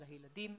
על הילדים,